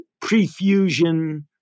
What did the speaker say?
prefusion